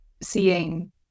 seeing